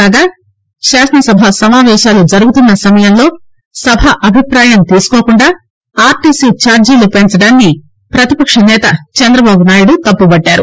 కాగా శాసన సభ సమావేశాలు జరుగుతున్న సమయంలో సభ అభిప్రాయం తీసుకోకుండా ఆర్ట్సీ ఛార్జీలు పెంచడాన్ని ప్రతిపక్ష నేత చందబాబునాయుడు తప్పుబట్టారు